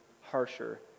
harsher